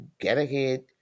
get-ahead